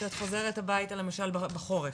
שאת חוזרת הבייתה למשל בחורף,